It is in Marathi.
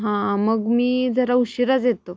हां मग मी जरा उशिराचं येतो